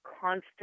constant